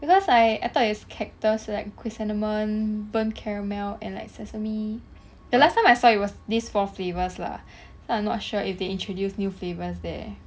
because I I thought it's cactus like chrysanthemum burnt caramel and like sesame the last time I saw it was these four flavors lah I'm not sure if they introduce new flavors there